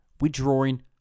withdrawing